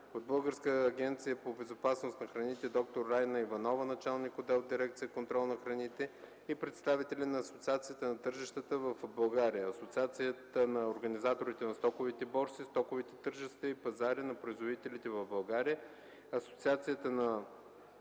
от Българската агенция по безопасност на храните: д-р Райна Иванова – началник отдел в дирекция “Контрол на храните”; и представители от Асоциацията на тържищата в България, Асоциацията на организаторите на стокови борси, стоковите тържища и пазари на производителите в България, Асоциацията на